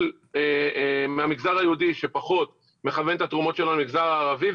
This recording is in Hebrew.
הן מהמגזר היהודי שפחות מכוון את התרומות שלו למגזר הערבי,